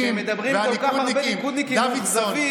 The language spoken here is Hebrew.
מדברים כל כך הרבה על ליכודניקים מאוכזבים.